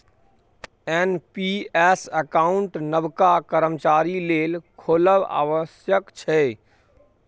NPS account नबका कर्मचारी लेल खोलब आबश्यक छै